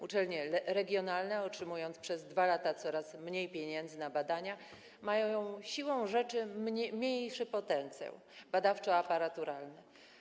Uczelnie regionalne otrzymujące przez 2 lata coraz mniej pieniędzy na badania mają siłą rzeczy mniejszy potencjał badawczo-aparaturalny.